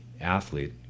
athlete